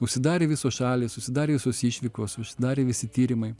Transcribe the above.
užsidarė visos šalys užsidarė visos išvykos užsidarė visi tyrimai